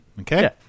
Okay